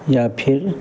या फिर